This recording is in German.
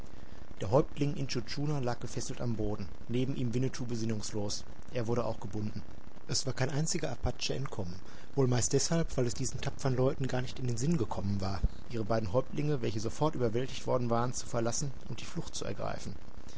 der häuptling intschu tschuna lag gefesselt am boden neben ihm winnetou besinnungslos er wurde auch gebunden es war kein einziger apache entkommen wohl meist deshalb weil es diesen tapfern leuten gar nicht in den sinn gekommen war ihre beiden häuptlinge welche sofort überwältigt worden waren zu verlassen und die flucht zu ergreifen